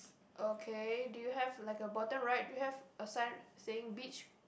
okay do you have like a bottom right do you have a sign saying beach